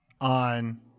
on